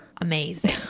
amazing